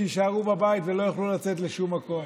שיישארו בבית ולא יוכל ולצאת לשום מקום,